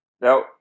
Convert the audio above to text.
Now